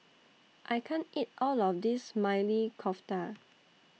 I can't eat All of This Maili Kofta